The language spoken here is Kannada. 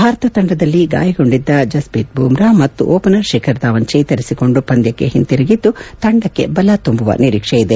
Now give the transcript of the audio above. ಭಾರತ ತಂಡದಲ್ಲಿ ಗಾಯಗೊಂಡಿದ್ದ ಜಸ್ವೀತ್ ಬುಮ್ರಾ ಹಾಗೂ ಓಪನರ್ ಶಿಖರ್ ಧವನ್ ಚೇತರಿಸಿಕೊಂಡು ಪಂದ್ಯಕ್ಷೆ ಹಿಂದಿರುಗಿದ್ದು ತಂಡಕ್ಷೆ ಬಲ ತುಂಬುವ ನಿರೀಕ್ಷೆಯಿದೆ